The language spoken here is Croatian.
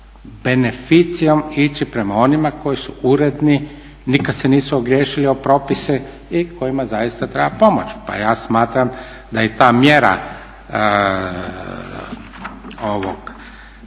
ipak beneficijom ići prema onima koji su uredni, nikad se nisu ogriješili o propise i kojima zaista treba pomoć. Pa ja smatram da i ta mjera ovog